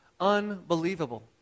unbelievable